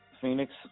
Phoenix